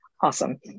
Awesome